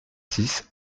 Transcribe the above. six